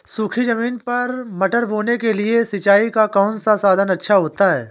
सूखी ज़मीन पर मटर बोने के लिए सिंचाई का कौन सा साधन अच्छा होता है?